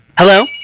Hello